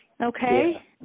okay